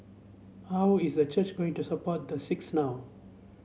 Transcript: how is the church going to support the six now